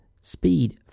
speed